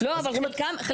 אז אם את --- לא,